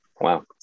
wow